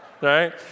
right